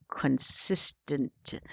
consistent